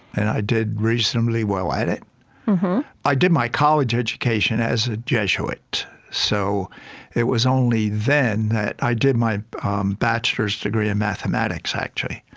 and i did reasonably well. i did i did my college education as a jesuit, so it was only then that i did my bachelor's degree in mathematics, actually.